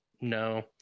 no